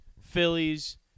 Phillies